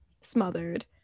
smothered